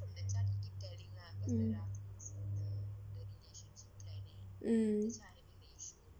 mm